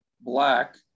Black